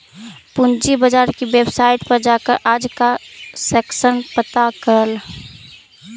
पूंजी बाजार की वेबसाईट पर जाकर आज का सेंसेक्स पता कर ल